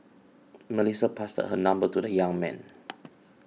Melissa passed her number to the young man